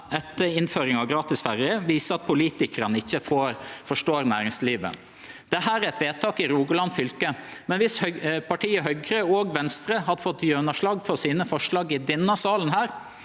etter innføringa av gratis ferje viser at politikarane ikkje forstår næringslivet. Dette er eit vedtak i Rogaland fylke, men viss partia Høgre og Venstre hadde fått gjennomslag for sine forslag i denne salen,